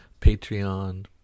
Patreon